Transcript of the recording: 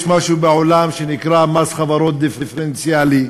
משהו בעולם שנקרא "מס חברות דיפרנציאלי",